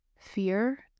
Fear